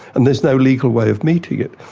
and there's no legal way of meeting it.